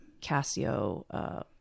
Casio